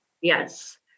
Yes